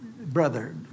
brother